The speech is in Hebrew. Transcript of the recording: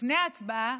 לפני הצבעה